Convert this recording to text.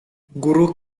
guru